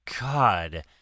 God